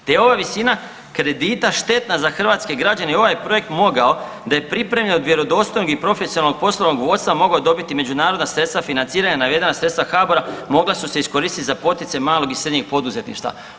Gdje je ova visina kredita štetna za hrvatske građane i ovaj projekt mogao da je pripremljen od profesionalnog poslovnog vodstva mogao dobiti međunarodna sredstva financiranja, navedena sredstva HABOR-a mogla su se iskoristiti za poticaj malog i srednjeg poduzetništva.